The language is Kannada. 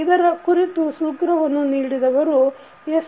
ಇದರ ಕುರಿತು ಸೂತ್ರವನ್ನು ನೀಡಿದವರು ಎಸ್